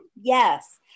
Yes